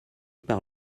par